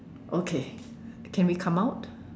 okay can we come out